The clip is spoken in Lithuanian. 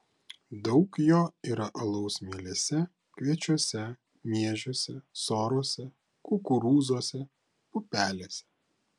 daug jo yra alaus mielėse kviečiuose miežiuose sorose kukurūzuose pupelėse